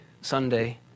Sunday